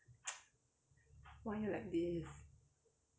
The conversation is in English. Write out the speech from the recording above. why you like this